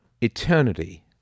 eternity